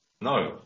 No